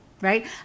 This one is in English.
Right